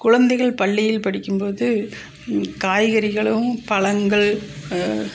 குழந்தைகள் பள்ளியில் படிக்கும்போது காய்கறிகளும் பழங்கள்